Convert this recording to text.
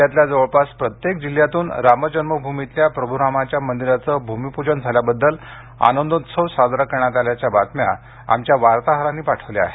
राज्यातल्या जवळपास प्रत्येक जिल्ह्यातून रामजन्मभूमीतल्या प्रभुरामाच्या मंदिराचं भूमिपूजन झाल्याबद्दल आनंदोत्सव साजरा करण्यात आल्याच्या बातम्या आमच्या वार्ताहरांनी पाठवल्या आहेत